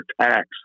tax